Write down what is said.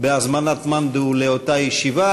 בהזמנת מאן דהוא לאותה ישיבה,